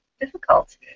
difficult